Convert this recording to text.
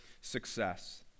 success